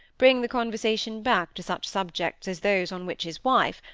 bring the conversation back to such subjects as those on which his wife,